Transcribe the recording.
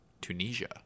Tunisia